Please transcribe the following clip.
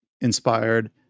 inspired